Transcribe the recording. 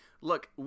Look